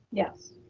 yes.